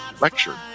lecture